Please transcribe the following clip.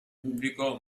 pubblico